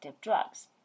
drugs